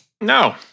No